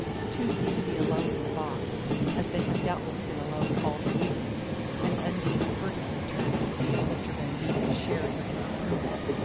the two seemed to be alone in the box as they had doubtless been alone all the evening and undine furtively turned to see if mr. van degen shared her disapproval.